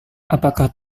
apakah